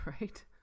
Right